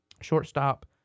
shortstop